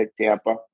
Tampa